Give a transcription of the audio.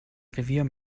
revier